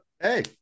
hey